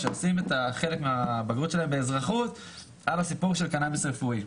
הם עושים חלק מהבגרות שלהם באזרחות על סיפור הקנביס הרפואי.